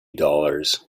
dollars